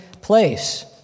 place